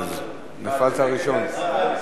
נפלת ראשון.